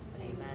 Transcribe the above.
Amen